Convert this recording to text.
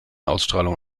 ausstrahlung